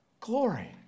glory